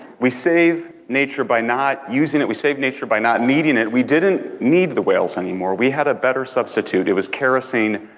we save nature by not using it, we save nature by not needing it. we didn't need the whales anymore, we had a better substitute. it was kerosene,